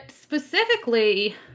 specifically